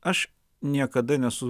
aš niekada nesu